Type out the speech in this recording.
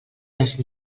les